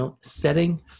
setting